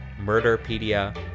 Murderpedia